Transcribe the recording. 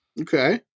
Okay